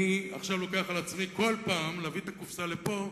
אני עכשיו לוקח על עצמי כל פעם להביא את הקופסה לפה,